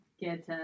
Get